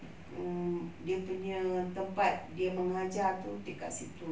mm dia punya tempat dia ajar itu dekat situ